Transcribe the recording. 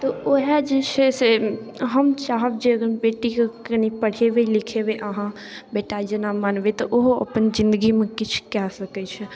तऽ वएह जे छै से हम चाहब जे अगर बेटीके कनि पढ़ेबै लिखेबै अहाँ बेटा जेना मानबै तऽ ओहो अपन जिनगीमे किछु कऽ सकै छै